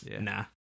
nah